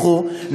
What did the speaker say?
איך הוא נותן,